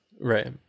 Right